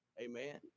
Amen